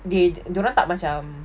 they dia orang tak macam